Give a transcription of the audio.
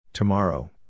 Tomorrow